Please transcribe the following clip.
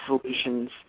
solutions